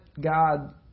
God